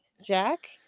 Jack